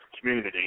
community